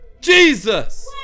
Jesus